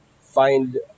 find